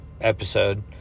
episode